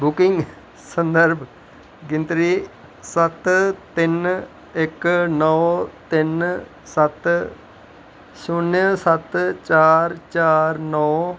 booking संदर्भ गिनतरी सत्त तिन इक नौ तिन सत्त शून्य सत्त चार चार नौ